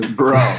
bro